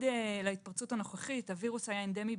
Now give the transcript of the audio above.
עד להתפרצות הנוכחית הווירוס היה אנדמי,